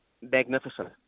magnificent